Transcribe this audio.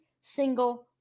single